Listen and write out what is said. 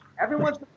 Everyone's